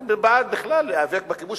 אני בעד בכלל להיאבק בכיבוש.